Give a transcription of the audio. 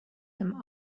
him